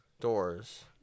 doors